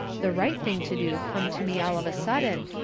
the right thing to do come to me all of a sudden,